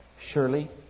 Surely